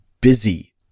busy